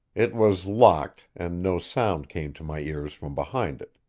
it was locked, and no sound came to my ears from behind it.